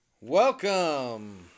Welcome